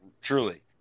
truly